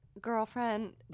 girlfriend